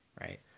right